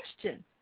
question